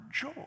joy